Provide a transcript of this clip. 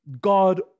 God